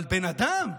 אבל בן אדם,